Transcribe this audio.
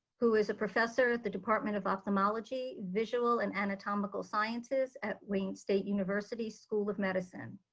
who is a professor at the department of ophthalmology, visual and anatomical sciences at wayne state university school of medicine.